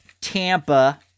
Tampa